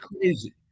crazy